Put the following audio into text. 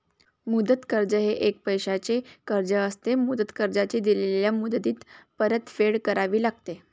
मुदत कर्ज हे एक पैशाचे कर्ज असते, मुदत कर्जाची दिलेल्या मुदतीत परतफेड करावी लागते